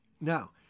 Now